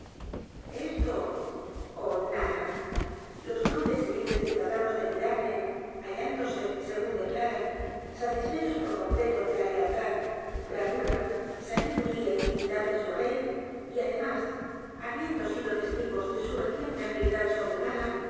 esto oh nada los nobles y libres ciudadanos de epidafne hallándose según declaran satisfechos por completo de la lealtad bravura sabiduría y divinidad de su rey y además habiendo sido testigos de su reciente agilidad